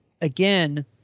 again